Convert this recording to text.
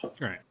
Right